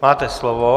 Máte slovo.